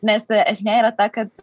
nes esmė yra ta kad